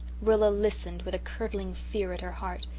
rilla listened with a curdling fear at her heart.